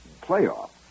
playoff